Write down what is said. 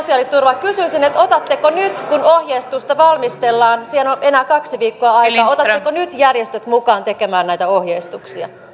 kysyisin otatteko nyt kun ohjeistusta valmistellaan siihen on enää kaksi viikkoa aikaa järjestöt mukaan tekemään näitä ohjeistuksia